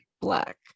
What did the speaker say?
black